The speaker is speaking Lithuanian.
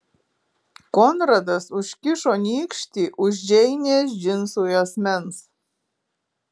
konradas užkišo nykštį už džeinės džinsų juosmens